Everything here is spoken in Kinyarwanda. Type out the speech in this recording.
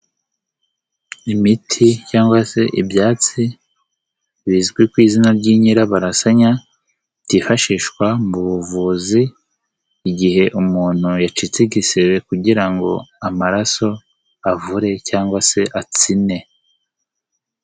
Imiti cyangwa se ibyatsi bizwi ku izina ry'inyirabarasanya byifashishwa mu buvuzi igihe umuntu yacitse igisebe kugira ngo amaraso avure cyangwa se atsine.